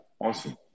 Awesome